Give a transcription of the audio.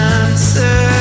answer